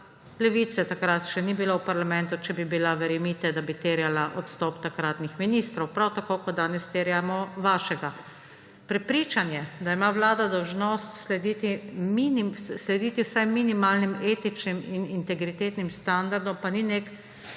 takrat še ni bilo v parlamentu, če bi bila, verjemite, da bi terjala odstop takratnih ministrov, prav tako kot danes terjamo vašega. Prepričanje, da ima vlada dolžnost slediti vsaj minimalnim etičnim in integritetnim standardom, pa ni nek